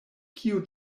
kio